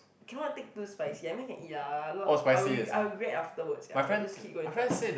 cannot take too spicy I mean can eat ah I I'll I'll regret afterwards sia I will just keep going toilet